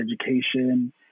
education